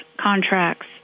contracts